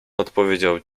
odpowiedział